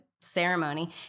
ceremony